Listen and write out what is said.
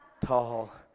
tall